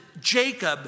Jacob